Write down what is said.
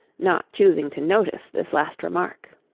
not choosing to notice this last remark.